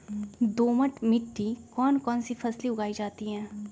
दोमट मिट्टी कौन कौन सी फसलें उगाई जाती है?